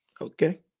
Okay